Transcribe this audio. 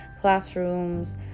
classrooms